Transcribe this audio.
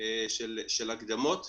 של הקדמות.